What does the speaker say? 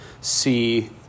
see